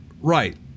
Right